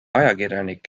ajakirjanik